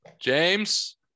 James